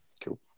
Cool